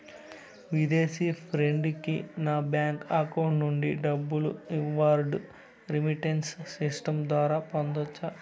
విదేశీ ఫ్రెండ్ కి నా బ్యాంకు అకౌంట్ నుండి డబ్బును ఇన్వార్డ్ రెమిట్టెన్స్ సిస్టం ద్వారా పంపొచ్చా?